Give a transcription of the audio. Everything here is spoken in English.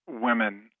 women